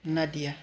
Nadia